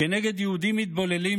כנגד יהודים מתבוללים,